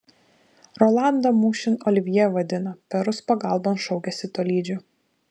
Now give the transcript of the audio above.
rolandą mūšin olivjė vadina perus pagalbon šaukiasi tolydžio